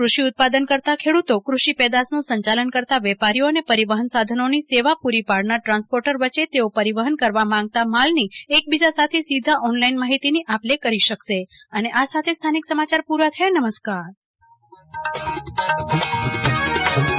કૃષિ ઉત્પાદન કરતા ખેડૂતો કૃષિ પેદાશનું સંયાલન કરતા વેપારીઓ અને પરિવહન સાધનોની સેવા પૂરી પાડનાર ટ્રાન્સપોર્ટર વય્યે તેઓ પરિવહન કરવા માંગતા માલની એકબીજા સાથે સીધા ઓનલાઇન માહિતીની આપ લે માટેની અનુકૂળ્તા મળી રહેશે